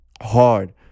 hard